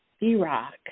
B-Rock